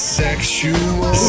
sexual